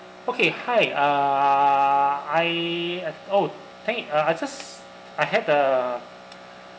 okay hi uh I uh oh th~ uh I just I had the